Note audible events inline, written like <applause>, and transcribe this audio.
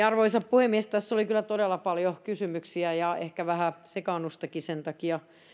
<unintelligible> arvoisa puhemies tässä oli kyllä todella paljon kysymyksiä ja ehkä vähän sekaannustakin sen takia